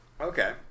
Okay